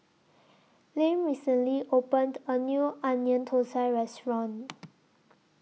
Lem recently opened A New Onion Thosai Restaurant